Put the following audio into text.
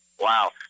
Wow